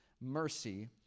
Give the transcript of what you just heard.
mercy